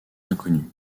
inconnus